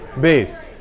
based